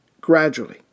gradually